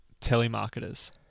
telemarketers